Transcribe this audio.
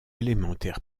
élémentaire